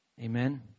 Amen